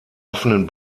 offenen